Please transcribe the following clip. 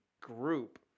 group